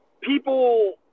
People